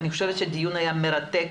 אני חושבת שהדיון היה מרתק.